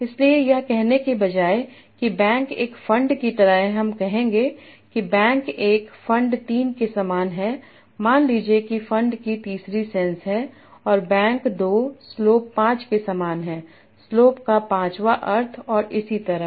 इसलिए यह कहने के बजाय कि बैंक एक फंड की तरह है हम कहेंगे कि बैंक 1 फंड 3 के समान है मान लीजिए कि फंड की तीसरी सेंस है और बैंक 2 स्लोप 5 के समान है स्लोप का पांचवां अर्थ और इसी तरह